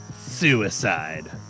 Suicide